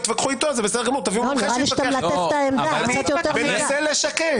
אני מנסה לשקף.